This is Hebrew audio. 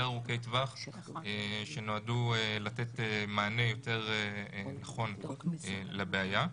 ארוכי טווח שנועדו לתת מענה יותר נכון לבעיה.